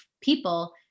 people